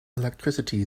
electricity